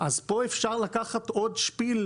אז פה אפשר לקחת עוד שפיל,